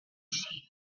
sheep